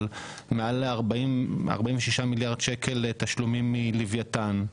מעל ל-46 מיליארד שקלים תשלומים מלווייתן,